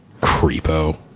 creepo